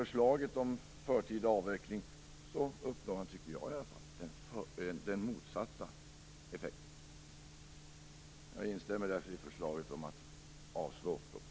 Förslaget om en förtida avveckling har - så uppfattar jag det i alla fall - har den motsatta effekten. Jag instämmer därför i förslaget om att avslå propositionen.